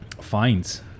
Fines